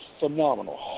phenomenal